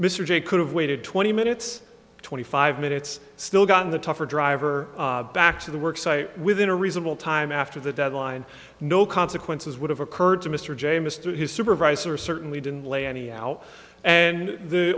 mr jay could have waited twenty minutes twenty five minutes still gotten the tougher driver back to the work site within a reasonable time after the deadline no consequences would have occurred to mr jamieson through his supervisor certainly didn't lay any out and the